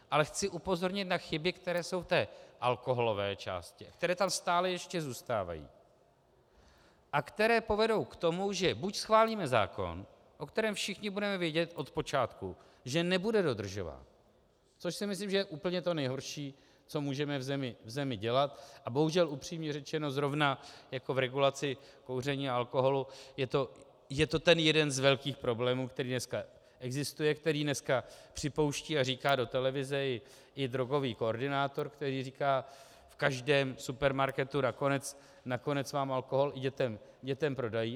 Ale chci upozornit na chyby, které jsou v té alkoholové části a které tam stále ještě zůstávají a které povedou k tomu, že buď schválíme zákon, o kterém všichni budeme vědět od počátku, že nebude dodržován, což si myslím, že to je úplně to nejhorší, co můžeme v zemi dělat, a bohužel, upřímně řečeno, zrovna v regulaci kouření a alkoholu je to ten jeden z velkých problémů, který dneska existuje a který dneska připouští a říká do televize i drogový koordinátor, který říká: v každém supermarketu nakonec alkohol dětem prodají.